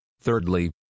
Thirdly